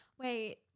wait